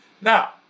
Now